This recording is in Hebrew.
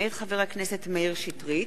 מאת חבר הכנסת מאיר שטרית,